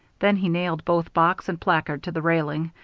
then he nailed both box and placard to the railing,